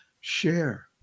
share